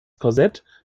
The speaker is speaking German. korsett